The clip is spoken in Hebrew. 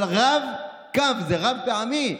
אבל רב-קו זה רב-פעמי.